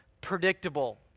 predictable